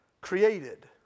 Created